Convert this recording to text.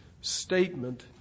statement